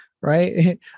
right